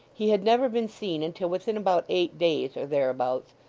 he had never been seen until within about eight days or thereabouts,